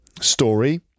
story